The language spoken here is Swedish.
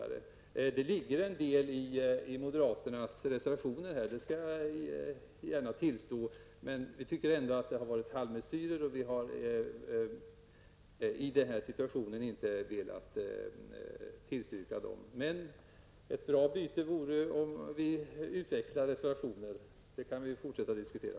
Att det ligger en del i moderaternas reservationer, skall jag gärna tillstå. Men vi tycker att det är halvmesyrer, och vi har i den situation som nu råder inte velat tillstyrka dem. Ett bra sätt vore att ''utväxla reservationer''. Det kan vi fortsätta att diskutera.